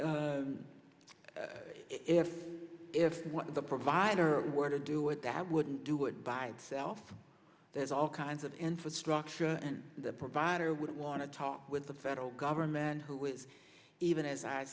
of the provider were to do it that wouldn't do it by itself there's all kinds of infrastructure and the provider would want to talk with the federal government who is even as i